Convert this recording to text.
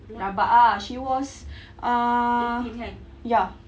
rabak ah she was ah ya